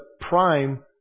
prime